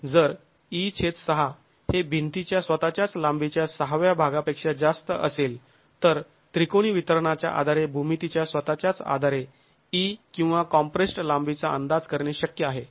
जर e6 हे भिंतीच्या स्वतःच्याच लांबीच्या सहाव्या भागापेक्षा जास्त असेल तर त्रिकोणी वितरणाच्या आधारे भूमितीच्या स्वतःच्याच आधारे e किंवा कॉम्प्रेस्ड् लांबीचा अंदाज करणे शक्य आहे